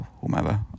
whomever